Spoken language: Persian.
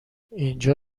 اینجا